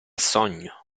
sogno